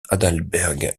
adalbert